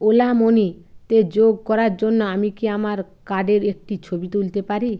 OLA Money তে যোগ করার জন্য আমি কি আমার কার্ডের একটি ছবি তুলতে পারি